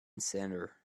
center